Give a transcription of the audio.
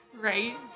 Right